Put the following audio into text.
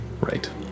Right